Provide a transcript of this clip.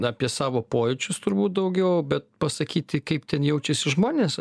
apie savo pojūčius turbūt daugiau bet pasakyti kaip ten jaučiasi žmonės